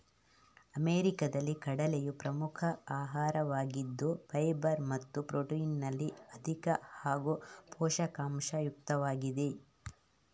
ಅಮೆರಿಕಾದಲ್ಲಿ ಕಡಲೆಯು ಪ್ರಮುಖ ಆಹಾರವಾಗಿದ್ದು ಫೈಬರ್ ಮತ್ತು ಪ್ರೊಟೀನಿನಲ್ಲಿ ಅಧಿಕ ಹಾಗೂ ಪೋಷಕಾಂಶ ಯುಕ್ತವಾಗಿದೆ